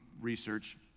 research